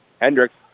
Hendricks